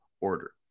order